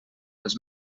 els